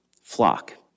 flock